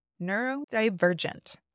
Neurodivergent